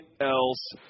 else